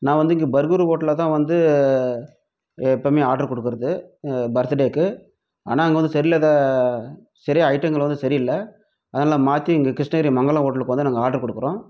நான் வந்து இங்கே பர்குரு ஹோட்டல்ல தான் வந்து எப்பவுமே ஆர்ட்ரு கொடுக்கறது பர்த்துடேவுக்கு ஆனால் அங்கே வந்து சரியில்லாத சரியா ஐட்டங்கள் வந்து சரியில்ல அதனால் மாற்றி இங்கே கிருஷ்ணகிரி மங்களம் ஹோட்டலுக்கு வந்து நாங்கள் ஆர்ட்ரு கொடுக்கறோம்